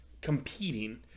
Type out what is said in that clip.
competing